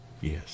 Yes